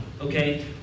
Okay